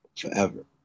forever